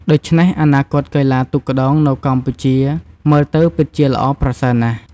ដូច្នេះ អនាគតកីឡាទូកក្ដោងនៅកម្ពុជាមើលទៅពិតជាល្អប្រសើរណាស់។